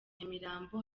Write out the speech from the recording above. nyamirambo